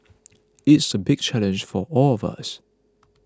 it's a big challenge for all of us